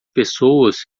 pessoas